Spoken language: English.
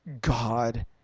God